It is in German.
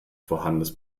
vorhandenes